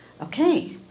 Okay